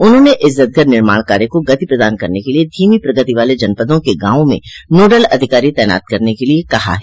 उन्होंने इज्जतघर निर्माण कार्य को गति प्रदान करने के लिए धीमी प्रगति वाले जनपदों क गांवों में नोडल अधिकारी तैनात करने के लिए कहा है